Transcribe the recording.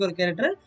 character